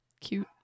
cute